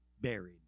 buried